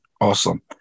Awesome